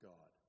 God